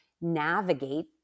navigate